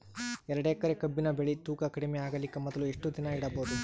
ಎರಡೇಕರಿ ಕಬ್ಬಿನ್ ಬೆಳಿ ತೂಕ ಕಡಿಮೆ ಆಗಲಿಕ ಮೊದಲು ಎಷ್ಟ ದಿನ ಇಡಬಹುದು?